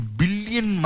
billion